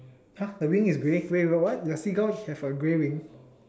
!huh! the wing is grey wait what what the seagull have a grey wing